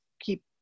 keep